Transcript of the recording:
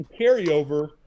carryover